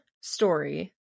story